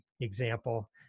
example